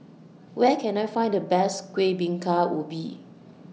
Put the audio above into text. Where Can I Find The Best Kueh Bingka Ubi